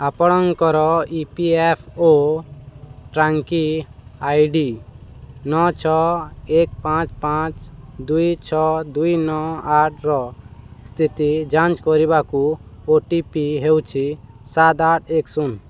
ଆପଣଙ୍କର E P F O ଟ୍ରାଂକି ID ନଅ ଛଅ ଏକ ପାଞ୍ଚ ପାଞ୍ଚ ଦୁଇ ଛଅ ଦୁଇ ନଅ ଆଠର ସ୍ଥିତି ଯାଞ୍ଚ କରିବାକୁ ଓ ଟି ପି ହେଉଛି ସାତ ଆଠ ଏକ ଶୂନ